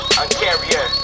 uncarrier